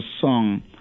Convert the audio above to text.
song